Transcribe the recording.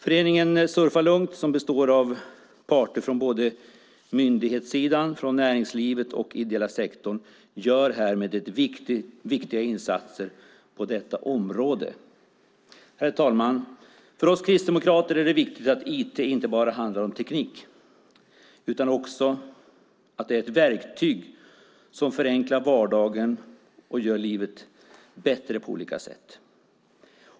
Föreningen Surfa Lugnt, som består av parter från både myndigheter, näringslivet och den ideella sektorn, gör mycket viktiga insatser på detta område. Herr talman! För oss kristdemokrater är det viktigt att IT inte bara handlar om teknik utan också att det är ett verktyg som förenklar vardagen och gör livet bättre på olika sätt.